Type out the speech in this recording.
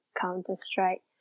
counter-strike